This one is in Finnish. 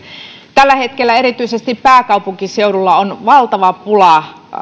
tällä hetkellä erityisesti pääkaupunkiseudulla on valtava pula